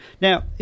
Now